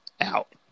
out